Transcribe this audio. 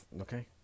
okay